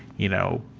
you know,